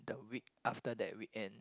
the week after that weekend